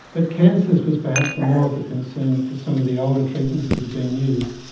but cancers was perhaps more of a concern for some of the older treatments that had been used.